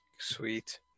Sweet